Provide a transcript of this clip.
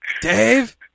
dave